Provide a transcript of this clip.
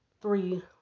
three